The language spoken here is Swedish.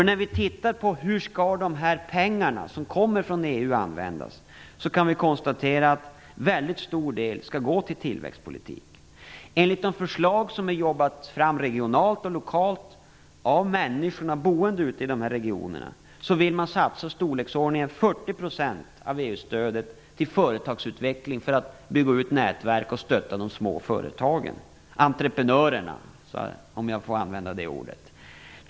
När vi tittar på hur de pengar som kommer från EU skall användas, kan vi konstatera att en mycket stor del skall gå till tillväxtpolitik. Enligt de förslag som arbetats fram regionalt och lokalt av människorna som bor i de här regionerna vill man satsa i storleksordningen 40 % av EU-stödet till företagsutveckling, för att bygga ut nätverk och stötta de små företagen, entreprenörerna, om jag får använda det ordet.